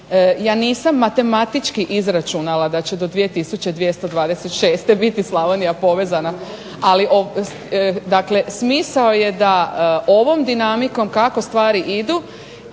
ja nisam matematički izračunala da će do 2226 biti Slavonija povezana, dakle smisao je da ovom dinamikom kako stvari idu